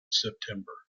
september